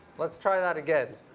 let's try that again.